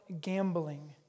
gambling